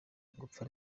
gupfa